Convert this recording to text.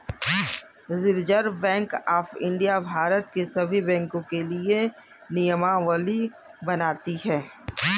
reserve bank of India Bharat के सभी बैंकों के लिए नियमावली बनाती है